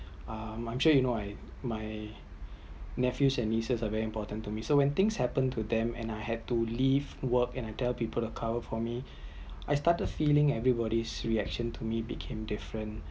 um I’m sure you know I my nephew and nieces are very important to me so when things happened to them and I had to leave work and I tell people to cover for me I started feeling everybody reactions to me became different